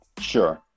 Sure